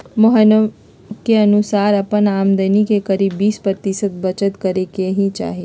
मोहना के अनुसार अपन आमदनी के करीब बीस प्रतिशत बचत करे के ही चाहि